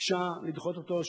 ביקשה לדחות אותו,